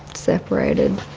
separated.